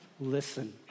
listen